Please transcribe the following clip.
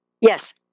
Yes